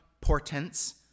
portents